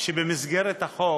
שבמסגרת החוק,